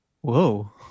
Whoa